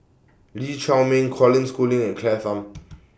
Lee Chiaw Meng Colin Schooling and Claire Tham